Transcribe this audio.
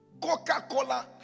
Coca-Cola